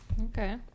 Okay